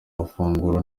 amafunguro